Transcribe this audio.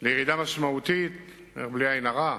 ירידה משמעותית, בלי עין הרע,